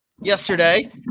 yesterday